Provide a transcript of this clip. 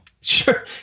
Sure